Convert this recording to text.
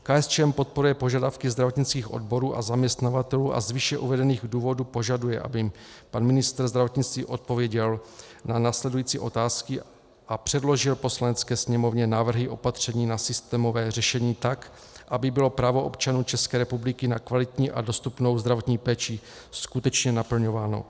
KSČM podporuje požadavky zdravotnických odborů a zaměstnavatelů a z výše uvedených důvodů požaduje, aby pan ministr zdravotnictví odpověděl na následující otázky a předložil Poslanecké sněmovně návrhy opatření na systémové řešení tak, aby bylo právo občanů České republiky na kvalitní a dostupnou zdravotní péči skutečně naplňováno.